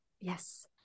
Yes